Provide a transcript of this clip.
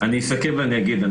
אני אסכם ואני אגיד,